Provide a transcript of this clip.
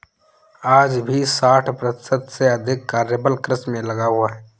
आज भी साठ प्रतिशत से अधिक कार्यबल कृषि में लगा हुआ है